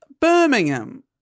Birmingham